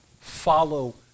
Follow